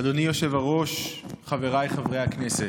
אדוני היושב-ראש, חבריי חברי הכנסת,